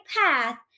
path